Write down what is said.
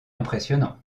impressionnant